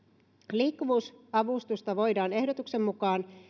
liikkuvuusavustusta voidaan ehdotuksen mukaan